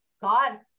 God